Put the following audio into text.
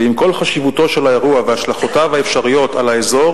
ועם כל חשיבותו של האירוע והשלכותיו האפשריות על האזור,